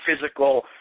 physical